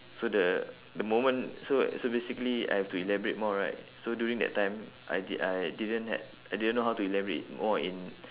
so the the moment so so basically I have to elaborate more right so during that time I di~ I didn't had I didn't know how to elaborate more in